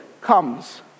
comes